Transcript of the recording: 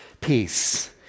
peace